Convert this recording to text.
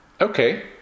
Okay